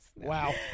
Wow